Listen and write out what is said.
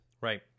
Right